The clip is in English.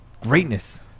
Greatness